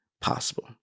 possible